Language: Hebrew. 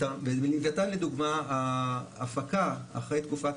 בלווייתן לדוגמה ההפקה אחרי תקופת